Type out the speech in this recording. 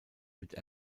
mit